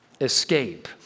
Escape